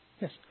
Yes